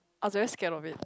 I was very scared of it